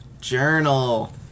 Journal